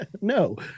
No